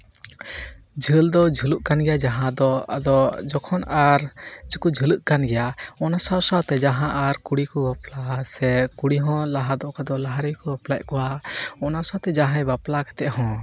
ᱡᱷᱟᱹᱞ ᱫᱚ ᱡᱟᱹᱞᱚᱜ ᱠᱟᱱ ᱜᱮᱭᱟ ᱡᱟᱦᱟᱸ ᱟᱫᱚ ᱡᱚᱠᱷᱚᱱ ᱟᱨ ᱥᱮᱠᱚ ᱡᱷᱟᱹᱞᱚᱜ ᱠᱟᱱ ᱜᱮᱭᱟ ᱚᱱᱟ ᱥᱟᱶᱼᱥᱟᱶᱛᱮ ᱡᱟᱦᱟᱸ ᱟᱨ ᱠᱩᱲᱤ ᱠᱚ ᱵᱟᱯᱞᱟᱣᱟᱠᱟᱱᱟ ᱥᱮ ᱠᱩᱲᱤ ᱦᱚᱸ ᱚᱠᱚᱭ ᱫᱚ ᱞᱟᱦᱟ ᱨᱮᱜᱮ ᱠᱚ ᱵᱟᱯᱞᱟᱭᱮᱫ ᱠᱚᱣᱟ ᱚᱱᱟ ᱥᱟᱶᱛᱮ ᱡᱟᱦᱟᱸᱭ ᱵᱟᱯᱞᱟ ᱠᱟᱛᱮ ᱦᱚᱸ